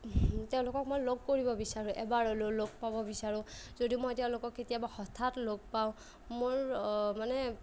তেওঁলোকক মই লগ কৰিব বিচাৰোঁ এবাৰ হ'লেও লগ পাব বিচাৰোঁ যদি মই তেওঁলোকক কেতিয়াবা হঠাৎ লগ পাওঁ মোৰ মানে